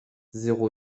zéro